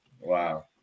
Wow